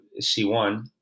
C1